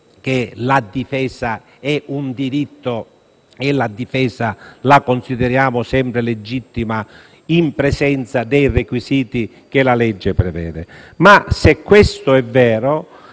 che la difesa è un diritto e la considera sempre legittima in presenza dei requisiti che la legge prevede. Questo faceva